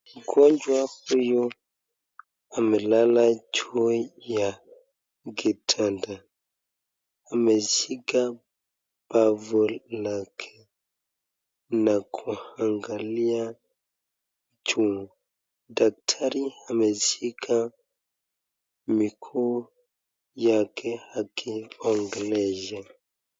Mgonjwa huyu amelala juu ya kitanda ameshika mbavu lake na kuangalia juu daktari ameshika miguu yake akimwongelesha.